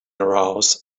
arouse